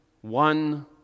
one